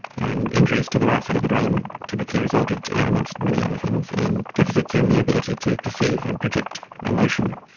and injuries to the right side of the brain typically resulted, amongst many other things, in deficits in the ability to perceive and project emotion.